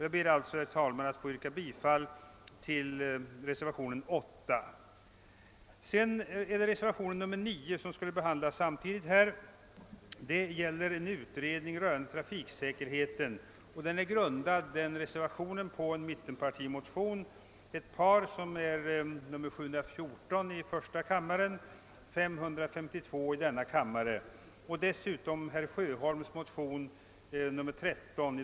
Jag ber därför, herr talman, att få yrka bifall till reservationen 8. Reservationen 9 vid punkten 3 gäller en utredning rörande trafiksäkerheten. Denna reservation är grundad på ett motionspar av mittenpartierna, I:714 och II: 552, och 'även på herr Sjöholms motion II: 13.